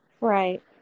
Right